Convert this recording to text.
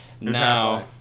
Now